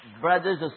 brothers